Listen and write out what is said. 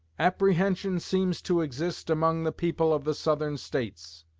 apprehension seems to exist among the people of the southern states,